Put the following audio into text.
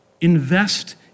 invest